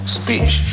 speech